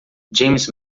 james